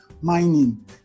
mining